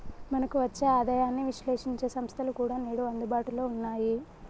మనకు వచ్చే ఆదాయాన్ని విశ్లేశించే సంస్థలు కూడా నేడు అందుబాటులో ఉన్నాయి